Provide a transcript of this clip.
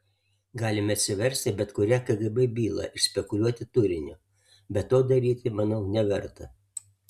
galime atsiversti bet kurią kgb bylą ir spekuliuoti turiniu bet to daryti manau neverta